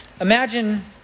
Imagine